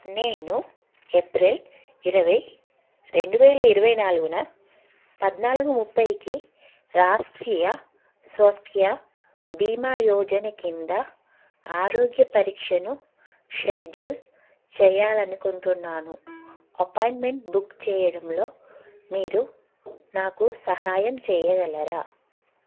నేను ఏప్రిల్ ఇరవై రెండు వేల ఇరవై నాలుగున పద్నాలుగు ముప్పైకి రాష్ట్రీయ స్వాస్థ్య బీమా యోజన కింద ఆరోగ్య పరీక్షను షెడ్యూల్ చేయాలి అనుకుంటున్నాను అపాయింట్మెంట్ బుక్ చేయడంలో మీరు నాకు సహాయం చేయగలరా